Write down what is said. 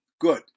Good